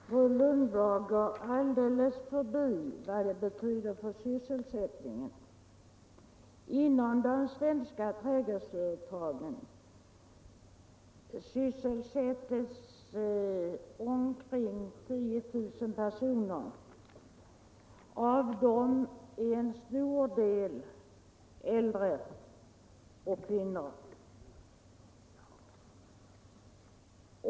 Herr talman! Fru Lundblad går alldeles förbi vad detta betyder för sysselsättningen. Inom de svenska trädgårdsföretagen sysselsätts omkring 10 000 personer. Av dem är en stor del äldre och kvinnor.